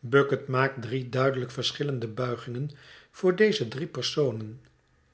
bucket maakt drie duidelijk verschillende buigingen voor deze drie personen